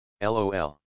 LOL